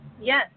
Yes